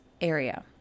area